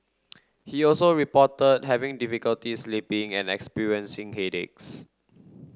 he also reported having difficulty sleeping and experiencing headaches